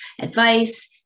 advice